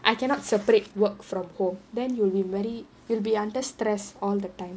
I cannot separate work from home then you will be very you'll be under stress all the time